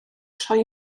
troi